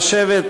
נאפשר לו.